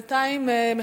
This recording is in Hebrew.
בינתיים,